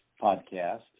podcast